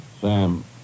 Sam